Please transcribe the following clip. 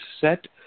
set